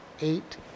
eight